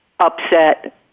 Upset